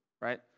right